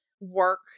work